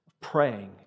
praying